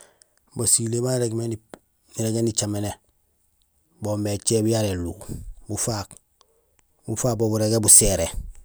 Basilé baan irégmé nicaméné bo boomé basilé bara écééb yara éluw. Bufaak bo burégé buséré.